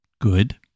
good